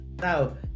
now